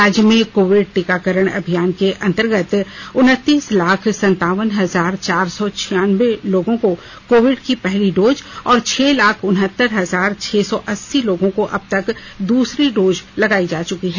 राज्य में कोविड टीकाकरण अभियान के अंतर्गत उनतीस लाख संतावन हजार चार सौ छियानबे लोगों को कोविड की पहली डोज और छह लाख उनहत्तर हजार छह सौ अस्सी लोगों को अबतक दूसरी डोज लगाई जा चुंकी है